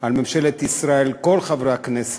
על ממשלת ישראל, כל חברי הכנסת,